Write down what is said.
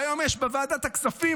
היום יש בוועדת הכספים,